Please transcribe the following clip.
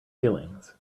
feelings